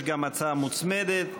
יש גם הצעה מוצמדת.